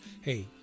Hey